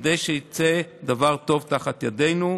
כדי שיצא דבר טוב תחת ידינו.